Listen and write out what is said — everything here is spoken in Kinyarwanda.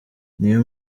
niyo